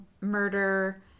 murder